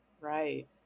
Right